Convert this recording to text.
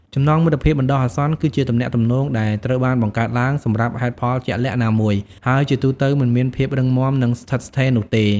ចំណងមិត្តភាពបណ្ដោះអាសន្នគឺជាទំនាក់ទំនងដែលត្រូវបានបង្កើតឡើងសម្រាប់ហេតុផលជាក់លាក់ណាមួយ ហើយជាទូទៅមិនមានភាពរឹងមាំនិងស្ថិតស្ថេរនោះទេ។